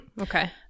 okay